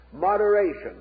moderation